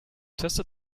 tested